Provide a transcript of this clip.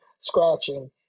scratching